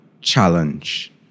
challenge